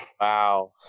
Wow